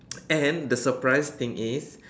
and the surprise thing is